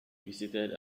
visited